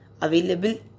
available